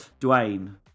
Dwayne